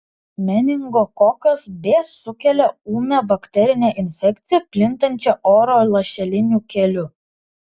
meningokokas b sukelia ūmią bakterinę infekciją plintančią oro lašeliniu keliu